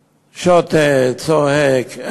שותה, צועק.